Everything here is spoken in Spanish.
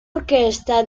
orquesta